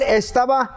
estaba